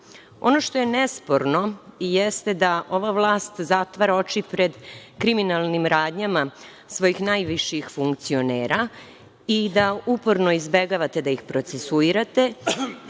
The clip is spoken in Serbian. što je nesporno jeste da ova vlast zatvara oči pred kriminalnim radnjama svojih najviših funkcionera i da uporno izbegavate da ih procesuirate